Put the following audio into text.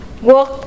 work